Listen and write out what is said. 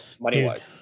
money-wise